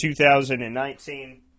2019